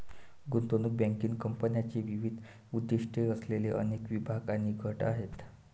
गुंतवणूक बँकिंग कंपन्यांचे विविध उद्दीष्टे असलेले अनेक विभाग आणि गट आहेत